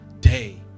day